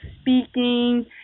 speaking